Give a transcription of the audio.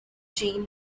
jean